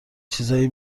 چیزایی